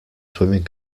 swimming